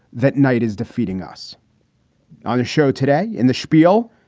that night is defeating us on the show today in the spiel.